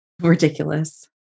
Ridiculous